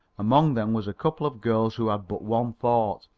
among them was a couple of girls who had but one thought,